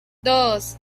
dos